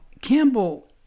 Campbell